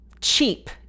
cheap